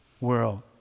world